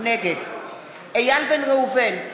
נגד איל בן ראובן,